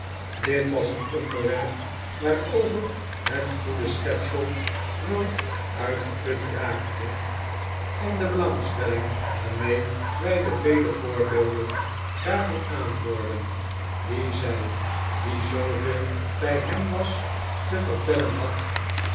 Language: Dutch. dit was een onderwerp waarover het goede schepsel nooit uitgeput raakte en de belangstelling waarmee wij de vele voorbeelden daarvan aanhoorden die zij die zooveel bij hem was te vertellen had